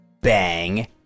bang